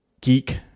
geek